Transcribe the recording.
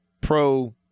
pro